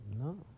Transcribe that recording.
No